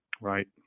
Right